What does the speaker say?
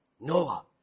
Noah